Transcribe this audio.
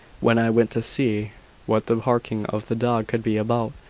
when i went to see what the harking of the dog could be about.